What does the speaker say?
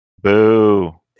Boo